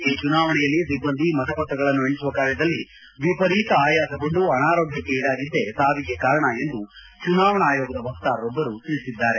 ಈ ಚುನಾವಣೆಯಲ್ಲಿ ಸಿಬ್ಬಂದಿ ಮತ ಪತ್ರಗಳನ್ನು ಎಣಿಸುವ ಕಾರ್ಯದಲ್ಲಿ ವಿಪರೀತ ಆಯಾಸಗೊಂಡು ಅನಾರೋಗ್ಟಕ್ಕೆ ಈಡಾಗಿದ್ದೇ ಸಾವಿಗೆ ಕಾರಣ ಎಂದು ಚುನಾವಣಾ ಆಯೋಗದ ವಕ್ತಾರರೊಬ್ಲರು ತಿಳಿಸಿದ್ದಾರೆ